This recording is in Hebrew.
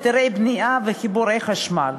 היתרי בנייה וחיבורי חשמל,